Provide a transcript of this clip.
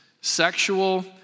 sexual